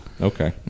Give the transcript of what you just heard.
okay